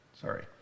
Sorry